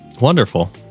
Wonderful